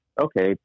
okay